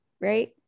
right